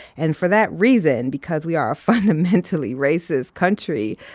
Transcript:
and for that reason, because we are a fundamentally racist country,